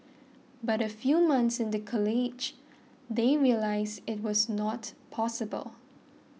but a few months into college they realised it was not possible